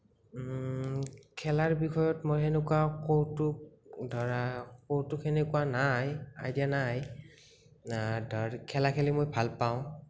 খেলাৰ বিষয়ত মই সেনেকুৱা কৌতুক ধৰা কৌতুক সেনেকুৱা নাই আইডিয়া নাই ধৰ খেলা খেলি মই ভাল পাওঁ